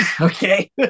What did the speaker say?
okay